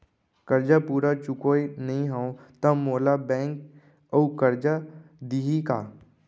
करजा पूरा चुकोय नई हव त मोला बैंक अऊ करजा दिही का?